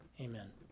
amen